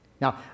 Now